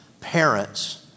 parents